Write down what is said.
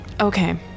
Okay